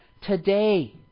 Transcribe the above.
today